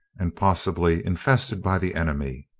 and possibly infested by the enemy.